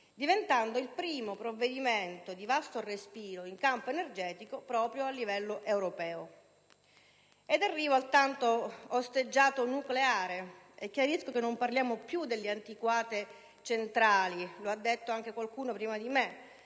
diventando il primo provvedimento di vasto respiro in campo energetico proprio a livello europeo. Ed arrivo al tanto osteggiato nucleare e chiarisco che non parliamo più delle antiquate centrali - lo ha detto anche qualcuno prima di me